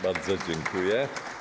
Bardzo dziękuję.